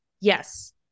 yes